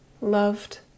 Loved